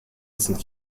dessen